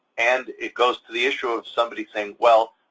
and it goes to the issue of somebody saying, well,